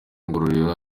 ngororero